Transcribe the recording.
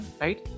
right